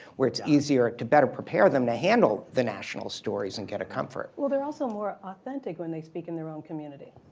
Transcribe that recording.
where it's easier to better prepare them to handle the national stories and get a comfort. well, they're also more authentic when they speak in their own community.